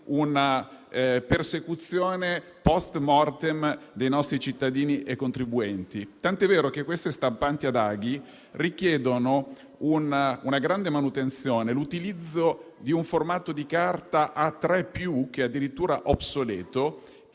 una persecuzione *post mortem* dei nostri cittadini e contribuenti. Le stampanti ad aghi richiedono una grande manutenzione e l'utilizzo di un formato di carta A3+ che è addirittura obsoleto.